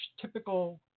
typical